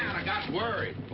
i got worried.